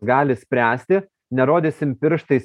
gali spręsti nerodysim pirštais